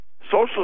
Social